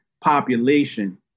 population